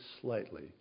slightly